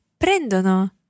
prendono